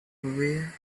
where